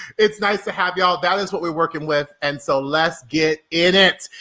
it's nice to have y'all, that is what we're working with. and so let's get in it.